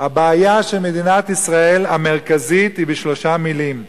הבעיה המרכזית של מדינת ישראל היא בשלושה מלים,